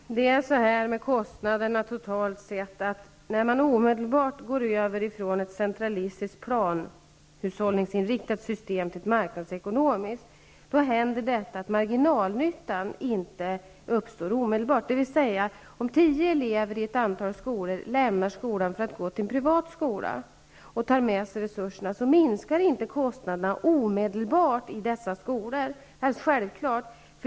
Fru talman! Det är så här med kostnaderna totalt sett: när man går över från ett centralisitiskt planhushållningsinriktat system till ett marknadsekonomiskt, uppstår inte marginalnyttan omedelbart. Om t.ex. tio elever i ett antal skolor lämnar sin skola och går till en privat skola och tar med sig resurserna, minskar inte kostnaderna omedelbart i dessa skolor. Det är självklart.